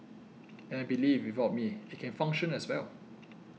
and I believe without me it can function as well